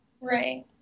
right